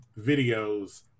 videos